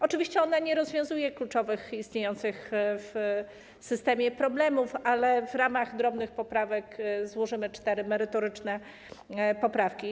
Oczywiście ona nie rozwiązuje kluczowych istniejących w systemie problemów, ale w ramach drobnych poprawek złożymy cztery merytoryczne poprawki.